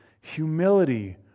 Humility